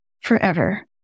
forever